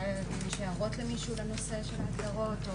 למישהו יש הערות לנושא של ההגדרות?